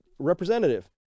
Representative